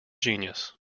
genius